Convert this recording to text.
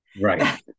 Right